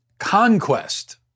conquest